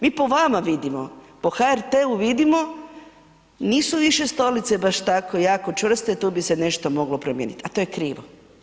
Mi po vama vidimo po HRT-u vidimo nisu više stolice baš tako jako čvrste i tu bi se nešto moglo promijeniti, a to je krivo.